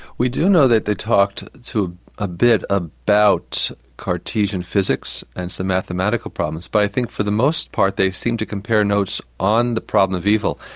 we do know that they talked a ah bit about cartesian physics and some mathematical problems. but i think for the most part, they seemed to compare notes on the problem of evil.